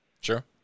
sure